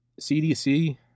CDC